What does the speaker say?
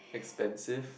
expensive